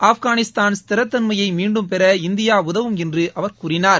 ஆப்காகிஸ்தான் ஸ்திரத்தன்மையை மீன்டும் பெற இந்தியா உதவும் என்று அவர் கூறினார்